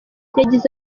yagize